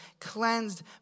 cleansed